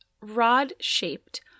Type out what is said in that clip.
rod-shaped